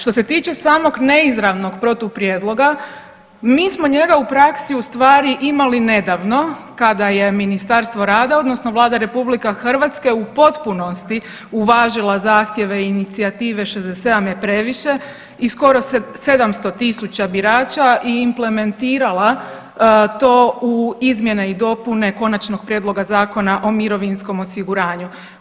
Što se tiče samog neizravnog protuprijedloga mi smo njega u praksi u stvari imali nedavno kada je Ministarstvo rada odnosno Vlada RH u potpunosti uvažila zahtjeve inicijative „67 je previše“ i skoro se 700.000 birača i implementirala to u izmjene i dopune Konačnog prijedloga Zakona o mirovinskom osiguranju.